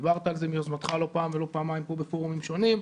דיברת על זה מיוזמתך לא פעם ולא פעמיים כאן בפורומים שונים.